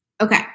Okay